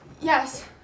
yes